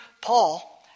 Paul